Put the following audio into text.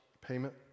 payment